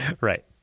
Right